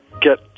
get